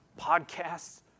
podcasts